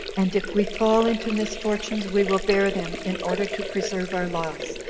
and if we fall into misfortunes, we will bear them, in order to preserve our laws,